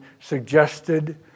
suggested